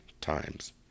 times